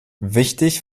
wichtig